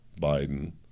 Biden